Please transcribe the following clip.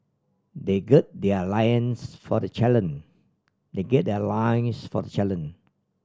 they gird their lions for the challenge they gird their lions for the challenge